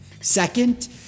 Second